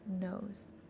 knows